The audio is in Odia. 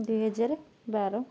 ଦୁଇହଜାର ବାର